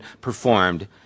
performed